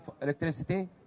electricity